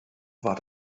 war